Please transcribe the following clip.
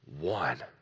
One